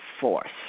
force